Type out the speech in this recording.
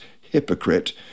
hypocrite